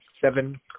seven